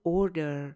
order